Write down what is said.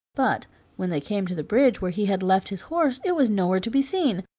but when they came to the bridge where he had left his horse it was nowhere to be seen,